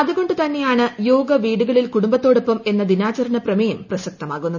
അതുകൊണ്ട് തന്നെയാണ് യോഗ വീടുകളിൽ കുടുംബത്തോടൊപ്പം എന്ന ദിനാചരണ പ്രമേയം പ്രസക്തമാകുന്നത്